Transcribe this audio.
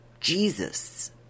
Jesus